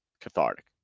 cathartic